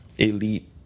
elite